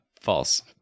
false